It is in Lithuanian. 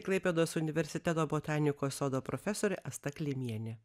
klaipėdos universiteto botanikos sodo profesorė asta klimienė